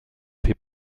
fait